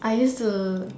I used to